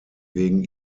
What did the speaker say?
wegen